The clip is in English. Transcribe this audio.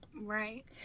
right